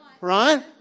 right